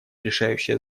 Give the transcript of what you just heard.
решающее